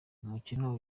umukino